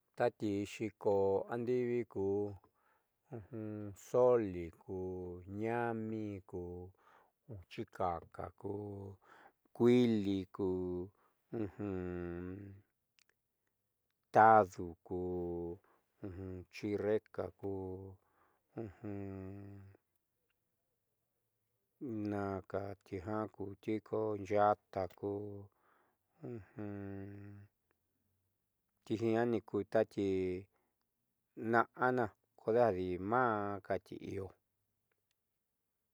Taati yi'iko andiivikuzoli kuñaámi ku chikaka ku kuiili ku tadu ku chirreka naakatijakuti nyaáta tiijiiña ku tati na'ana kodejadi maáka ti iiyo.